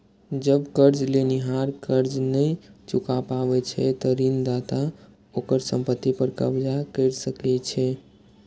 जब कर्ज लेनिहार कर्ज नहि चुका पाबै छै, ते ऋणदाता ओकर संपत्ति पर कब्जा कैर सकै छै